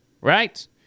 right